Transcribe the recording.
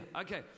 Okay